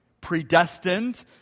predestined